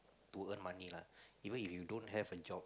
to earn money lah even if you don't have a job